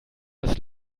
dass